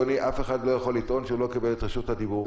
אף אחד לא יכול לטעון שהוא לא קיבל את רשות הדיבור.